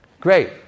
great